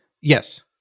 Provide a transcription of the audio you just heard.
Yes